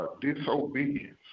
disobedience